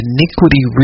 Iniquity